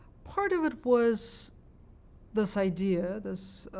part of it was this idea, this